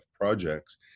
projects